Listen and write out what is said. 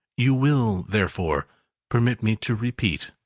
you will therefore permit me to repeat,